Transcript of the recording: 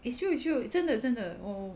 it's true it's true 真的真的我我我